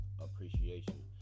Appreciation